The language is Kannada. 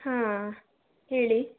ಹಾಂ ಹೇಳಿ